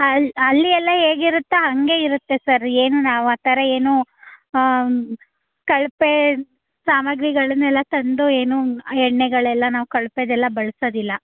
ಅಲ್ಲಿ ಅಲ್ಲಿ ಎಲ್ಲ ಹೇಗಿರುತ್ತೋ ಹಾಗೆ ಇರುತ್ತೆ ಸರ್ ಏನು ನಾವು ಆ ಥರ ಏನು ಕಳಪೆ ಸಾಮಗ್ರಿಗಳನ್ನೆಲ್ಲ ತಂದು ಏನು ಎಣ್ಣೆಗಳೆಲ್ಲ ನಾವು ಕಳಪೆದೆಲ್ಲ ಬಳ್ಸೋದಿಲ್ಲ